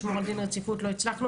לשמור על דין רציפות ולא הצלחנו.